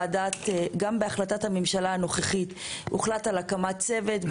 גם בהחלטת המשלה הנוכחית הוחלט על הקמת צוות,